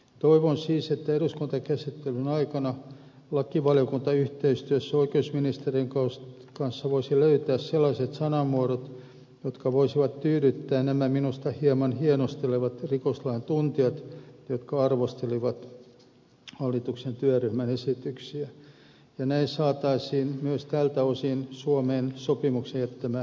toivon siis että eduskuntakäsittelyn aikana lakivaliokunta yhteistyössä oikeusministeriön kanssa voisi löytää sellaiset sanamuodot jotka voisivat tyydyttää nämä minusta hieman hienostelevat rikoslain tuntijat jotka arvostelivat hallituksen työryhmän esityksiä ja näin saataisiin myös tältä osin sopimuksen suomeen jättämä varauma poistettua